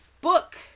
book